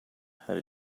how